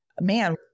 man